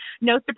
no